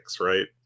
right